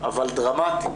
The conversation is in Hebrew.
אבל דרמטי,